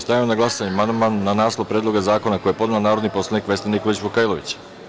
Stavljam na glasanje amandman na naslov Predloga zakona koji je podnela narodni poslanik Vesna Nikolić Vukajlović.